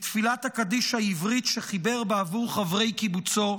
בתפילת הקדיש העברית שחיבר בעבור חברי קיבוצו,